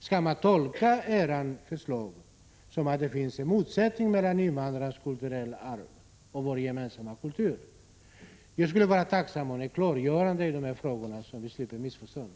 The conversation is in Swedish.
Skall man tolka ert förslag som att det finns en motsättning mellan invandrarnas kulturella arv och vår gemensamma kultur? Jag skulle vara tacksam för ett klargörande i dessa frågor, så att vi slipper missförstånd.